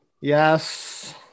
Yes